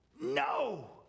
no